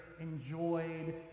enjoyed